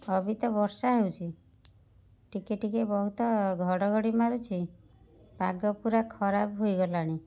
ଅଭି ତ ବର୍ଷା ହେଉଛି ଟିକିଏ ଟିକିଏ ବହୁତ ଘଡ଼ଘଡ଼ି ମାରୁଛି ପାଗ ପୁରା ଖରାପ ହୋଇଗଲାଣି